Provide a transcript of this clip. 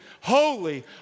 holy